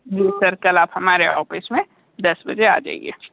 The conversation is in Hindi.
जी सर कल आप हमारे ऑफ़िस में दस बजे आ जाइए